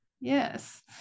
Yes